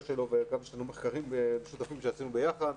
שלו וגם יש לנו מחקרים משותפים שעשינו ביחד,